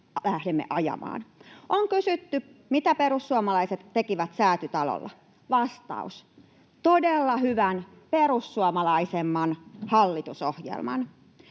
lähdemme sitä ajamaan. On kysytty, mitä perussuomalaiset tekivät Säätytalolla. Vastaus: todella hyvän, perussuomalaisemman hallitusohjelman.